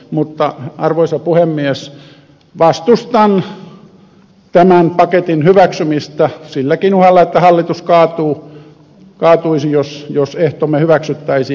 mutta arvoisa puhemies vastustan tämän paketin hyväksymistä silläkin uhalla että hallitus kaatuisi jos ehtomme hyväksyttäisiin